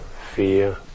fear